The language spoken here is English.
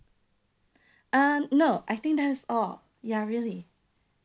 um no I think that's all ya really